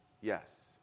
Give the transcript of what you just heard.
Yes